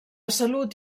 salut